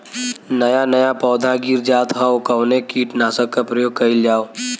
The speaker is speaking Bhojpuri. नया नया पौधा गिर जात हव कवने कीट नाशक क प्रयोग कइल जाव?